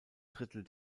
drittel